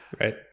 Right